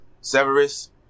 Severus